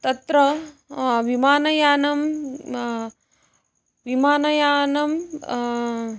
तत्र विमानयानं विमानयानं